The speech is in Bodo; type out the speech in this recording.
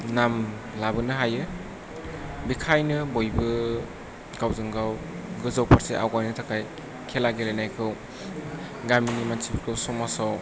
नाम लाबोनो हायो बेखायनो बयबो गावजों गाव गोजौ फारसे आवगायनो थाखाय खेला गेलेनायखौ गामिनि मानसिफोरखौ समाजाव